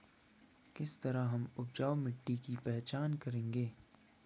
किस तरह हम उपजाऊ मिट्टी की पहचान करेंगे?